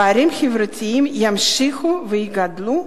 הפערים החברתיים ימשיכו ויגדלו,